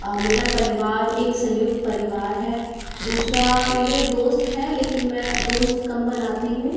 मेरा परिवार एक संयुक्त परिवार है दूसरा मेरे दोस्त हैं लेकिन मैं दोस्त कम बनाती हूँ